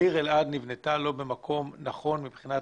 העיר אלעד נבנתה לא במקום נכון מבחינת